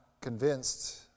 convinced